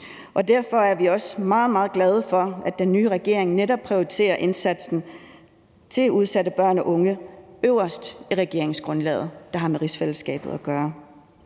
Derfor er vi også meget, meget glade for, at den nye regering netop prioriterer indsatsen for udsatte børn unge højest i den del af regeringsgrundlaget, der har med rigsfællesskabet at gøre.